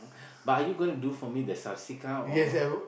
but are you gonna do for me the Supsica or